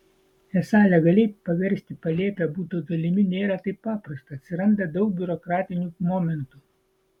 esą legaliai paversti palėpę buto dalimi nėra taip paprasta atsiranda daug biurokratinių momentų